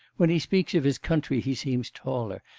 when he speaks of his country he seems taller,